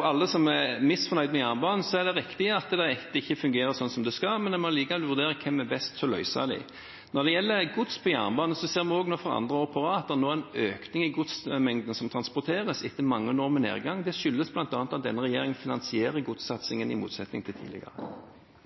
alle som er misfornøyde med jernbanen: Det er riktig at det ikke fungerer slik som det skal, men en må likevel vurdere hvem som er best til å løse det. Når det gjelder gods på jernbane: Vi ser nå for andre år på rad en økning i godsmengden som transporteres, etter mange år med nedgang. Det skyldes bl.a. at denne regjeringen finansierer godssatsingen, i motsetning til tidligere.